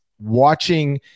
watching